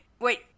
wait